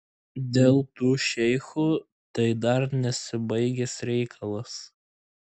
dėl tų šeichų tai dar nesibaigęs reikalas